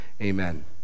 amen